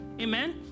Amen